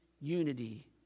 unity